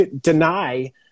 deny